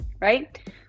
right